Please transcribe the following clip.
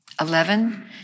Eleven